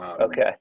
Okay